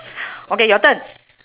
okay your turn